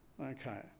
Okay